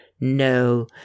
No